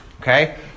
Okay